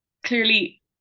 clearly